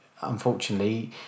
unfortunately